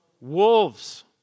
wolves